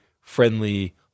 friendly